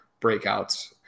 breakouts